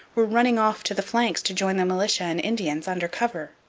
were running off to the flanks to join the militia and indians under cover.